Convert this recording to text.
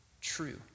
true